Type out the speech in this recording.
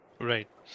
right